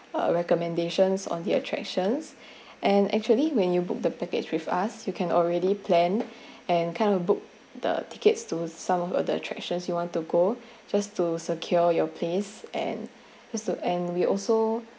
recommendations on the attractions and actually when you book the package with us you can already plan and kind of book the tickets to some of the attractions you want to go just to secure your place and has to and we also